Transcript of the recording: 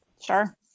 Sure